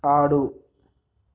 ఆడు